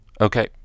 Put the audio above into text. Okay